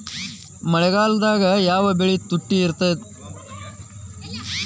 ಮಳೆಗಾಲದಾಗ ಯಾವ ಬೆಳಿ ತುಟ್ಟಿ ಇರ್ತದ?